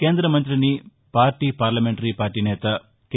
కేంద్ర మంతిని party parliamentary party నేత కె